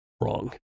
wrong